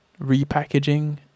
repackaging